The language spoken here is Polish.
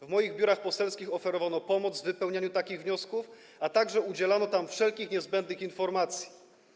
W moich biurach poselskich oferowano pomoc w wypełnianiu takich wniosków, a także udzielano tam wszelkich niezbędnych informacji.